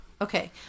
Okay